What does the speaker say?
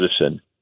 medicine